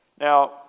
Now